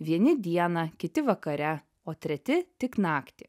vieni dieną kiti vakare o treti tik naktį